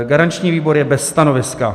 Garanční výbor je bez stanoviska.